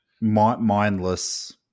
mindless